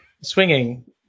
swinging